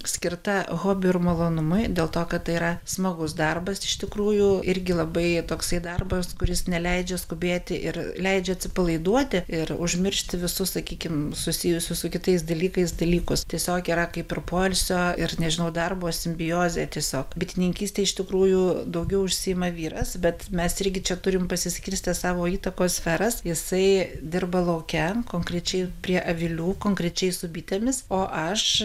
skirta hobiui ir malonumui dėl to kad tai yra smagus darbas iš tikrųjų irgi labai toksai darbas kuris neleidžia skubėti ir leidžia atsipalaiduoti ir užmiršti visų sakykim susijusių su kitais dalykais dalykus tiesiog yra kaip ir poilsio ir nežinau darbo simbiozė tiesiog bitininkyste iš tikrųjų daugiau užsiima vyras bet mes irgi čia turim pasiskirstę savo įtakos sferas jisai dirba lauke konkrečiai prie avilių konkrečiai su bitėmis o aš